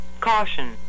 caution